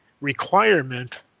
requirement